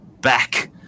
back